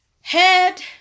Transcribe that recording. Head